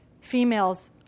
females